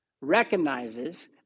recognizes